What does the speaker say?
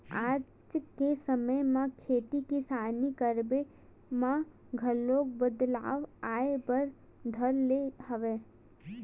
आज के समे म खेती किसानी करब म घलो बदलाव आय बर धर ले हवय